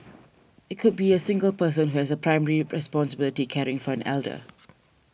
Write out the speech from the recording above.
it could be a single person who has primary responsibility caring for an elder